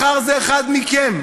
מחר זה אחד מכם.